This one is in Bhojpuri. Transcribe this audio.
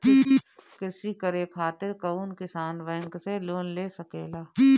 कृषी करे खातिर कउन किसान बैंक से लोन ले सकेला?